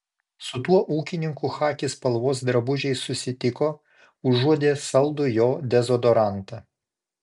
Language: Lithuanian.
su tuo ūkininku chaki spalvos drabužiais susitiko užuodė saldų jo dezodorantą